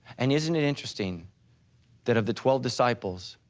and isn't it interesting that of the twelve disciples,